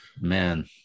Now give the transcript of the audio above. Man